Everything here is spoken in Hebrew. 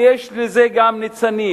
ויש לזה גם ניצנים,